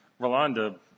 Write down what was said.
Rolanda